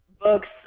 books